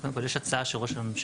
קודם כל יש הצעה של ראש הממשלה.